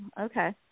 Okay